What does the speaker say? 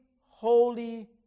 holy